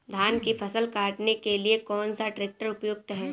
धान की फसल काटने के लिए कौन सा ट्रैक्टर उपयुक्त है?